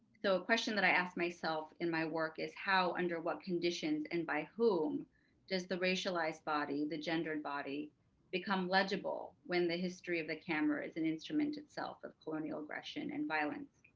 so a question that i asked myself in my work is how under what conditions, and by whom does the racialized body, the gendered body become legible when the history of the camera is an instrument itself of colonial aggression and violence.